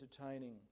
entertaining